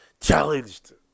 challenged